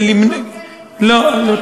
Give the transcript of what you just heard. אבל זה באותו כלא עם אותם קצינים.